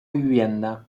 vivienda